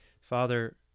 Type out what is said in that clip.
Father